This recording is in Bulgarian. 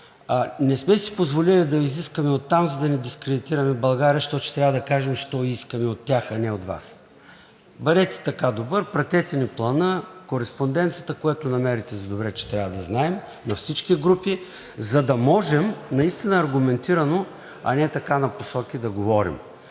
Не сме си позволили да го изискаме оттам, за да не дискредитираме България, защото ще трябва да кажем защо го искаме от тях, а не от Вас! Бъдете така добър, пратете ни Плана, кореспонденцията – което намерите за добре, че трябва да знаем, на всички групи, за да можем наистина аргументирано, а не така напосоки да говорим.